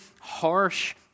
harsh